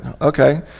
okay